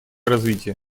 развитие